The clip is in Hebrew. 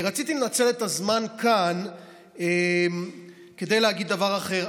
רציתי לנצל את הזמן כאן כדי להגיד דבר אחר.